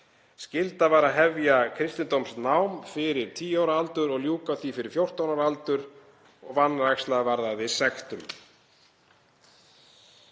Skylda var að hefja kristindómsnám fyrir 10 ára aldur og ljúka því fyrir 14 ára aldur, vanræksla varðaði sektum.